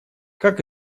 как